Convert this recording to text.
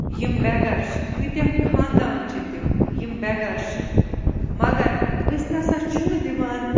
یِم بےٚ گَر چھِ کیٖتیاہ خاندان چھِ تِم یِم بےٚ گَر چھِ مگر أسۍ نَسا چھِنہٕ دِوان